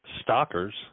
stalkers